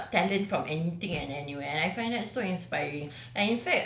he really picks up talent from anything and anywhere and I find it so inspiring